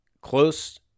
close